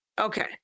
Okay